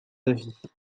avis